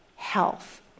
health